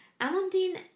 Amandine